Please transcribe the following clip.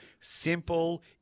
Simple